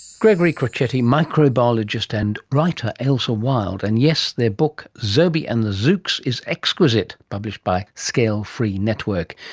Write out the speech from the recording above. gregory crocetti, microbiologist, and writer ailsa wild. and yes, their book zobi and the zoox is exquisite, published by scale free network.